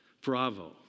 Bravo